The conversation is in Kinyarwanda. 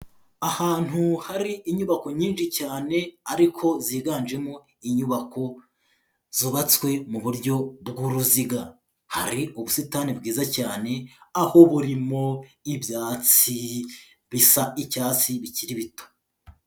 Ahantu hari inyubako nyinshi cyane ariko ziganjemo inyubako zubatswe mu buryo bw'uruziga, hari ubusitani bwiza cyane aho buririmo ibyatsi bisa icyatsi bikiri bito.